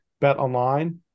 BetOnline